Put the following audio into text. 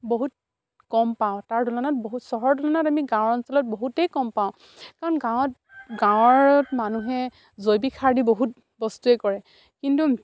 বহুত কম পাওঁ তাৰ তুলনাত বহুত চহৰৰ তুলনাত আমি গাঁও অঞ্চলত বহুতেই কম পাওঁ কাৰণ গাঁৱত গাঁৱত মানুহে জৈৱিক সাৰ দি বহুত বস্তুৱেই কৰে কিন্তু